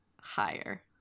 Higher